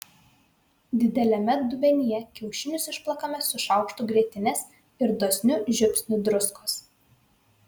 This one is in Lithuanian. dideliame dubenyje kiaušinius išplakame su šaukštu grietinės ir dosniu žiupsniu druskos